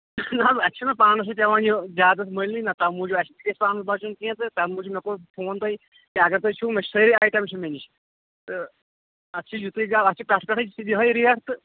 نہَ حظ اَسہِ چھِنا پانَس سٟتۍ یِوان یہِ زیادَس مٔلۍ نہَ تَمہِ موٗجوٗب اَسہِ تہِ گژھِ پانس بچُن کیٚنٛہہ تہٕ تَمہِ موٗجوٗب مےٚ کوٚر فون تۅہہِ کہِ اَگر تُہۍ سُہ مٔشرٲوِو سٲلِم اَیِٹَم چھِ مےٚ نِش تہٕ اَتھ چھُ یِتُے زیٛادٕ اَتھ چھِ کَسٹٕمَر یِہَے رِیٹ تہٕ